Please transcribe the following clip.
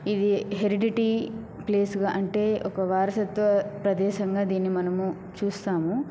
ఇది హెరిడిటీ ప్లేసుగా అంటే ఒక వారసత్వ ప్రదేశంగా దిన్ని మనము చూస్తాము